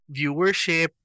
viewership